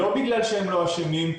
לא בגלל שהם לא אשמים,